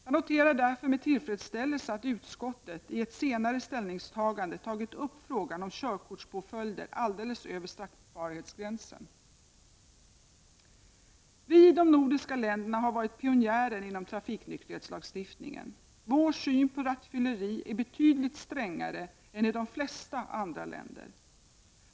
Jag noterar därför med tillfredsställelse att utskottet i ett senare ställningstagande har tagit upp frågan om påföljder gällande körkortet i samband med trafiksäkerhetsbrott alldeles över straffbarhetsgränsen. Vi i de nordiska länderna har varit pionjärer inom trafiknykterhetslagstiftningen. Vår syn på rattfylleri är betydligt strängare än den i de flesta andra länder.